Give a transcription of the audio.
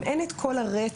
אם אין את כל הרצף,